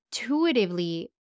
intuitively